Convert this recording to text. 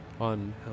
On